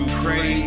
pray